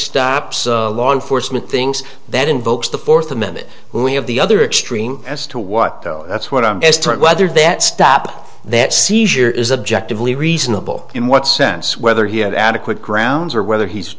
stops law enforcement things that invokes the fourth amendment we have the other extreme as to what that's what i'm best whether that stop that seizure is objective lee reasonable in what sense whether he had adequate grounds or whether he's